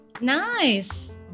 Nice